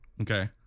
Okay